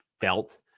felt